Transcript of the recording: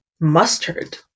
Mustard